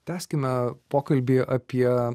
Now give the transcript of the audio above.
tęskime pokalbį apie